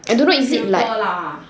I don't know whether is it like